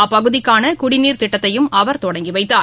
அப்பகுதிக்கானகுடிநீர் திட்டத்தையும் அவர் தொடங்கிவைத்தார்